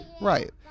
Right